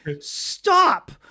stop